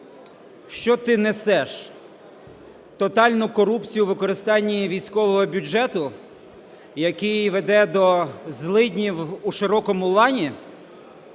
Що ти несеш? Тотальну корупцію у використанні військового бюджету, який веде до злиднів у широкому лані?